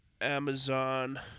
Amazon